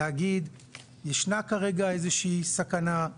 להגיד ישנה כרגע איזה שהיא סכנה,